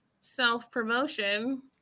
self-promotion